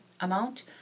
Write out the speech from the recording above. amount